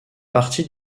partie